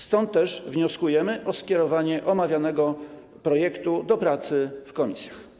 Stąd też wnosimy o skierowanie omawianego projektu do pracy w komisjach.